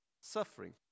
Suffering